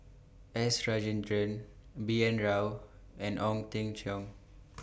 S Rajendran B N Rao and Ong Teng Cheong